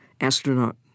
astronaut